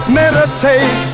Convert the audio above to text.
meditate